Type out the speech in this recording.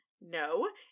No